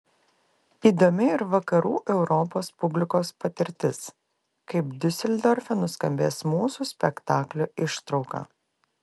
įdomi ir vakarų europos publikos patirtis kaip diuseldorfe nuskambės mūsų spektaklio ištrauka